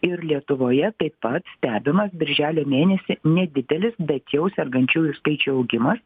ir lietuvoje taip pat stebimas birželio mėnesį nedidelis bet jau sergančiųjų skaičių augimas